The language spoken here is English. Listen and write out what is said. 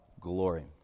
glory